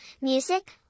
music